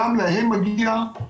גם להם מגיע.